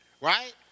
right